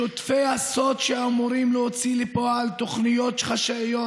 שותפי הסוד, שאמורים להוציא לפועל תוכניות חשאיות?